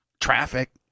Traffic